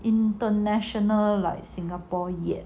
international like singapore yet